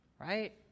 Right